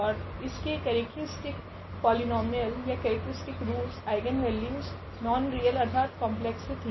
ओर इसके characteristic polynomial या characteristic roots eigenvalues non real अर्थात कॉम्प्लेक्स थी